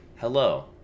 Hello